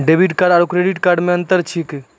Debit card आरू credit card मे कि अन्तर छैक?